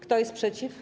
Kto jest przeciw?